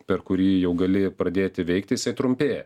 per kurį jau gali pradėti veikti jisai trumpėja